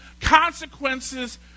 consequences